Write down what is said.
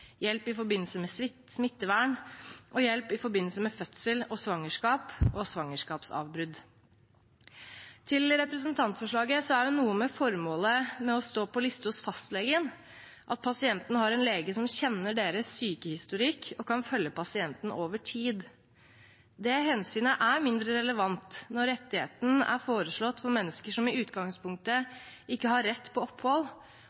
hjelp i forbindelse med smittevern og hjelp i forbindelse med fødsel, svangerskap og svangerskapsavbrudd. Til representantforslaget er noe av formålet med å stå på liste hos fastlegen at pasienten har en lege som kjenner pasientens sykehistorikk, og som kan følge pasienten over tid. Det hensynet er mindre relevant når rettigheten er foreslått for mennesker som i utgangspunktet ikke har rett på opphold,